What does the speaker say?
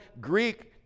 Greek